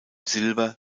silber